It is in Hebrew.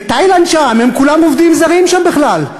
בתאילנד כולם שם עובדים זרים בכלל.